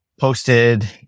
posted